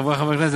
חברי חברי הכנסת,